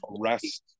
arrest